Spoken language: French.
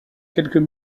quelques